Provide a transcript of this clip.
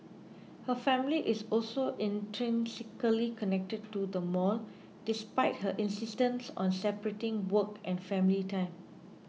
her family is also intrinsically connected to the mall despite her insistence on separating work and family time